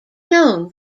known